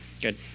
good